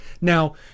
Now